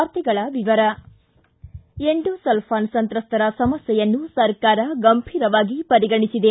ವಾರ್ತೆಗಳ ವಿವರ endosulfan ಸಂತ್ರಸ್ತರ ಸಮಸ್ನೆಯನ್ನು ಸರಕಾರ ಗಂಭೀರವಾಗಿ ಪರಿಗಣಿಸಿದೆ